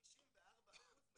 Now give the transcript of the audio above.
שירותי